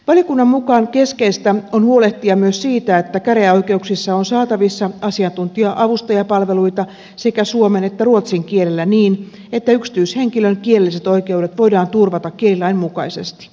valiokunnan mukaan keskeistä on huolehtia myös siitä että käräjäoikeuksissa on saatavissa asiantuntija avustajapalveluita sekä suomen että ruotsin kielellä niin että yksityishenkilön kielelliset oikeudet voidaan turvata kielilain mukaisesti